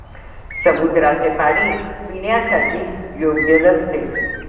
समुद्राचे पाणी पिण्यासाठी योग्य नसते